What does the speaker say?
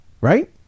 right